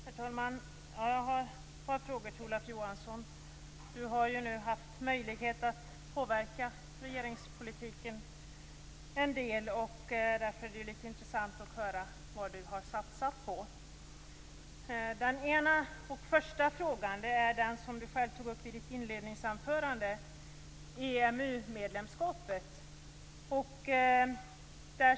Herr talman! Jag har några frågor till Olof Johansson, som ju haft möjlighet att påverka regeringspolitiken en del. Därför är det intressant att höra vad han har satsat på. Först gäller det en sak som Olof Johansson själv tog upp i sitt inledningsanförande, nämligen EMU medlemskapet.